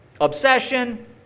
obsession